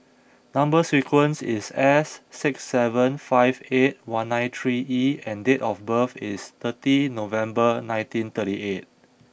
number sequence is S six seven five eight one nine three E and date of birth is thirty November nineteen thirty eight